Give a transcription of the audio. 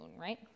right